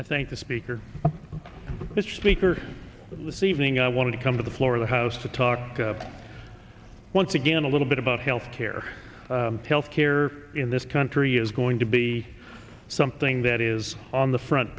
i think the speaker mr speaker the seeming i want to come to the floor of the house to talk once again a little bit about healthcare healthcare in this country is going to be something that is on the front